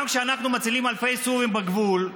גם כשאנחנו מצילים אלפי סורים בגבול,